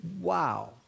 Wow